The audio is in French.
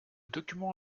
document